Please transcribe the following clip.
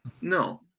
No